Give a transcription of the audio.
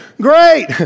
great